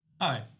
Hi